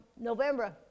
November